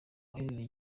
ahaherereye